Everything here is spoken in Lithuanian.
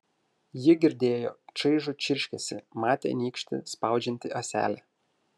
ji girdėjo čaižų čirškesį matė nykštį spaudžiantį ąselę